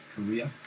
Korea